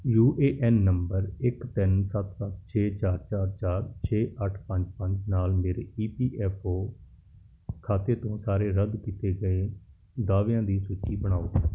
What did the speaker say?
you A N number ਇੱਕ ਤਿੰਨ ਸੱਤ ਸੱਤ ਛੇ ਚਾਰ ਚਾਰ ਚਾਰ ਛੇ ਅੱਠ ਪੰਜ ਪੰਜ ਨਾਲ ਮੇਰੇ ਈ ਪੀ ਐੱਫ ਓ ਖਾਤੇ ਤੋਂ ਸਾਰੇ ਰੱਦ ਕੀਤੇ ਗਏ ਦਾਅਵਿਆਂ ਦੀ ਸੂਚੀ ਬਣਾਓ